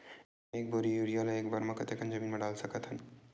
एक बोरी यूरिया ल एक बार म कते कन जमीन म डाल सकत हन?